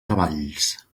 cavalls